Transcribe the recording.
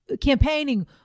campaigning